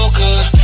good